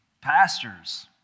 pastors